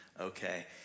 okay